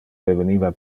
deveniva